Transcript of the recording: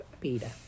Peter